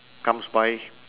comes by